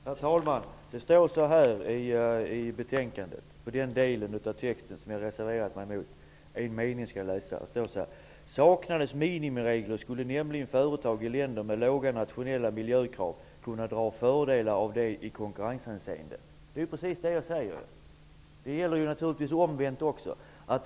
Herr talman! Det står så här i betänkandet i den del av texten som jag har reserverat mig emot: ''Saknades minimiregler skulle nämligen företag i länder med låga nationella miljökrav kunna dra fördelar av det i konkurrenshänseende.'' Det är ju precis det jag säger! Det gäller naturligtvis också omvänt.